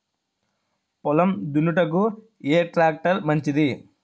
పొలం దున్నుటకు ఏ ట్రాక్టర్ మంచిది?